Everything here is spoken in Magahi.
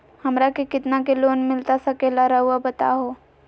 हमरा के कितना के लोन मिलता सके ला रायुआ बताहो?